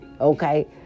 okay